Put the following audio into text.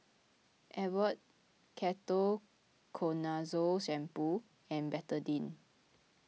Abbott Ketoconazole Shampoo and Betadine